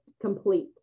complete